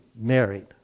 married